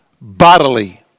bodily